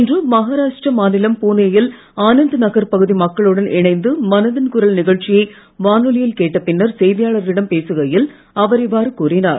இன்று மஹாராஷ்டிர மாநில் புனே யில் ஆனந்த் நகர் பகுதி மக்களுடன் இணைந்து மனதின் குரல் நிகழ்ச்சியை வானொலியில் கேட்ட பின்னர் செய்தியாளர்களிடம் பேசுகையில் அவர் இவ்வாறு கூறினார்